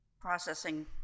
processing